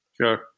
Sure